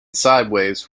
sideways